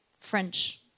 French